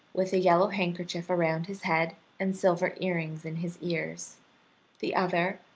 with a yellow handkerchief around his head and silver earrings in his ears the other,